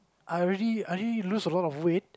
I already I already lose a lot weight